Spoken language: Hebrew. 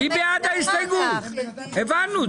הבנו.